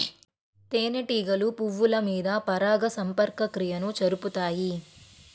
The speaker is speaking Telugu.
తేనెటీగలు పువ్వుల మీద పరాగ సంపర్క క్రియను జరుపుతాయి